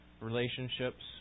relationships